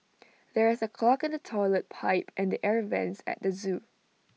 there is A clog in the Toilet Pipe and the air Vents at the Zoo